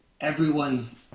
everyone's